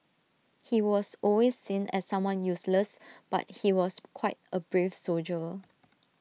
he was always seen as someone useless but he was quite A brave soldier